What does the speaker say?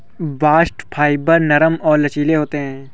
bast fibre नरम और लचीले होते हैं